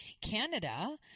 Canada